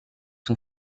son